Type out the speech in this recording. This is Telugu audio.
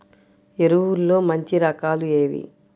ఎరువుల్లో మంచి రకాలు ఏవి?